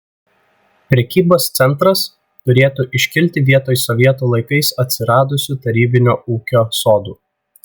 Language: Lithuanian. prekybos centras turėtų iškilti vietoj sovietų laikais atsiradusių tarybinio ūkio sodų